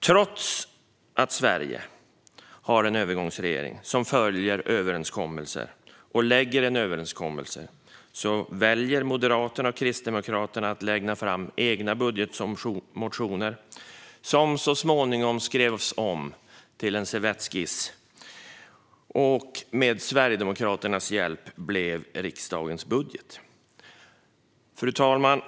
Trots att Sverige har en övergångsregering som följer överenskommelserna och lägger fram en övergångsbudget har Moderaterna och Kristdemokraterna valt att lägga fram egna budgetmotioner, som så småningom skrevs om till en servettskiss och med Sverigedemokraternas hjälp blev riksdagens budget. Fru talman!